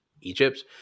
Egypt